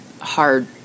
hard